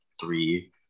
three